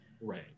right